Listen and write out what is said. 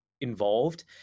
Involved